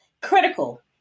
Critical